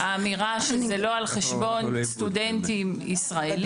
האמירה שזה לא על חשבון סטודנטים ישראלים,